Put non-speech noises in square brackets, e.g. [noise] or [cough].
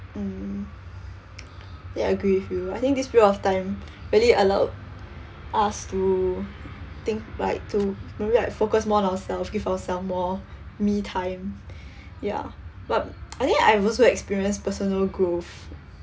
mm ya I agree with you I think this period of time [breath] really allowed us to think like to maybe like focus more on ourselves give ourselves more me time [breath] ya but I think I've also experienced personal growth